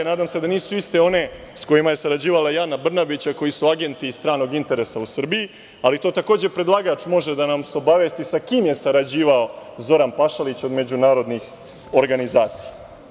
Nadam se da nisu iste one s kojima je sarađivala i Ana Brnabić, a koje su agenti stranog interesa u Srbiji, ali takođe predlagač može da nas obavesti sa kim je sarađivao Zoran Pašalić od međunarodnih organizacija.